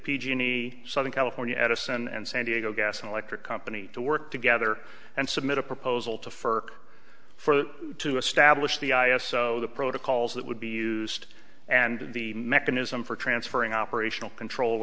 g any southern california edison and san diego gas and electric company to work together and submit a proposal to fur for to establish the i s o the protocols that would be used and the mechanism for transferring operational control